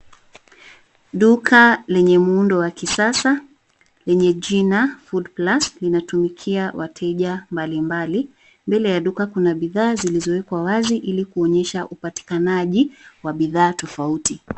Duka lenye muundo wa kisasa wenye jina, Foodplus, linatumikia wateja mbalimbali. Mbele ya duka kuna bidhaa zilizowekwa wazi ili kuonyesha upatikanaji wa bidhaa tofauti.